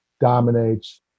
dominates